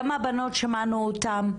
גם הבנות שמענו אותן,